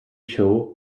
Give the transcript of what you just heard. show